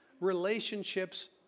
relationships